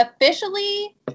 officially